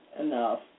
enough